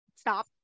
Stop